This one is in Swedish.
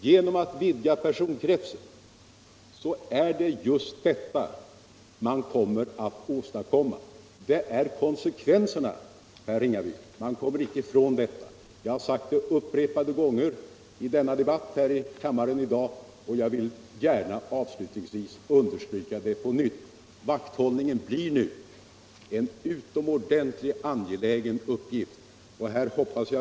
Genom att vidga personkretsen är det just detta man kommer att åstadkomma. Det blir konsekvenserna. Jag har sagt det upprepade gånger här i dag, men jag vill uvslutningsviå gärna på nytt understryka att vakthållningen kring denna reform blir en utomordentligt angelägen uppgift.